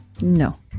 No